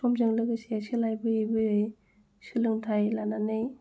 समजों लोगोसे सोलाय बोयै बोयै सोलोंथाइ लानानै